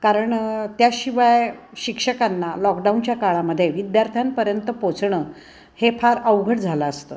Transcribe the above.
कारण त्याशिवाय शिक्षकांना लॉकडाऊनच्या काळामध्ये विद्यार्थ्यांपर्यंत पोचणं हे फार अवघड झालं असतं